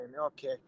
okay